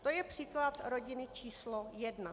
To je příklad rodiny číslo jedna.